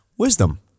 wisdom